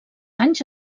anys